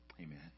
Amen